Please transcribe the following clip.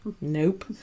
Nope